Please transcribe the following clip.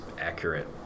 accurate